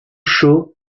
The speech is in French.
chaud